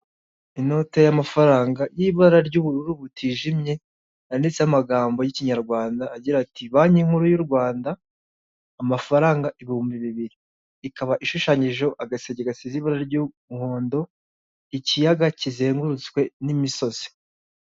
Inote y'amafaranga y'ibara ry'ubururu butijimye yanditse amagambo y'Ikinyarwanda agira ati banki nkuru y'u Rwanda amafaranga ibihumbi bibiri, ikaba ishushanyijeho agaseke gasize ibara ry'umuhondo, ikiyaga kizengurutswe n'imisozi.